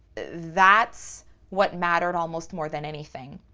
that's what matters almost more than anything.